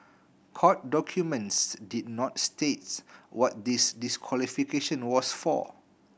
court documents did not state what this disqualification was for